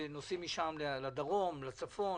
שנוסעים משם לדרום ולצפון.